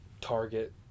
target